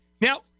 Now